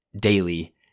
daily